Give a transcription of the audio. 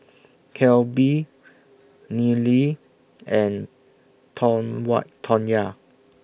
Kelby Nealy and Tawnya